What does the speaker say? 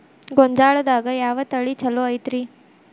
ಗೊಂಜಾಳದಾಗ ಯಾವ ತಳಿ ಛಲೋ ಐತ್ರಿ?